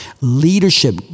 Leadership